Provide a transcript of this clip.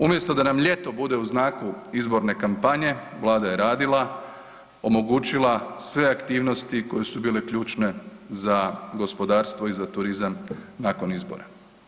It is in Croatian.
Umjesto da nam ljeto bude u znaku izborne kampanje Vlada je radila, omogućila sve aktivnosti koje su bile ključne za gospodarstvo i za turizam nakon izbora.